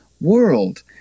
world